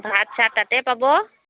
ভাত চাত তাতে পাব